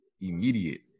immediate